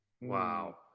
Wow